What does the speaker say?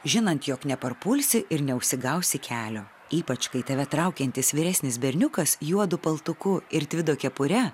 žinant jog neparpulsi ir neužsigausi kelio ypač kai tave traukiantis vyresnis berniukas juodu paltuku ir tvido kepure